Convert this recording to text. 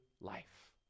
life